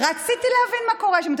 רציתי להבין מה קורה שם.